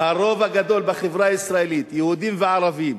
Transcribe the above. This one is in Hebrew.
הרוב הגדול בחברה הישראלית, יהודים וערבים,